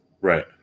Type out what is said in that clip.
Right